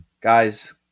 guys